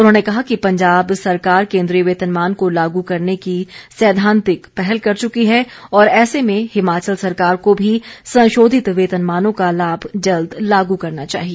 उन्होंने कहा कि पंजाब सरकार केंद्रीय वेतनमान को लागू करने की सैद्वांतिक पहल कर चुकी है और ऐसे में हिमाचल सरकार को भी संशोधित वेतनमानों का लाभ जल्द लागू करना चाहिए